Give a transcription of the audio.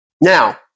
Now